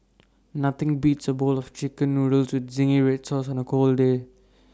nothing beats A bowl of Chicken Noodles with Zingy Red Sauce on A cold day